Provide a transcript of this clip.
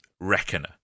reckoner